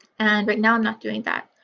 and right now i'm not doing that.